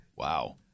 Wow